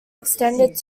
extended